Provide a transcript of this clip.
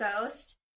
ghost